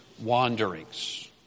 wanderings